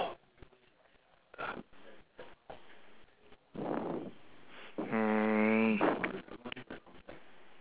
mm